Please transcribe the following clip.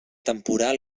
temporal